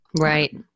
Right